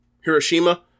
Hiroshima